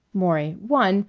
maury one?